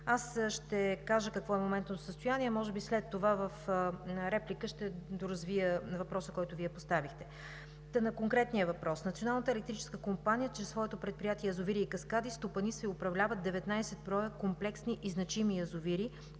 Аз ще кажа какво е моментното състояние, а може би след това в реплика ще доразвия въпроса, който Вие поставихте. На конкретния въпрос: Националната електрическа компания чрез своето предприятие „Язовири и каскади“ стопанисва и управлява 19 броя комплексни и значими язовири,